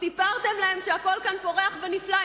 סיפרתם להם שהכול כאן פורח ונפלא,